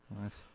Nice